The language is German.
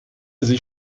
sich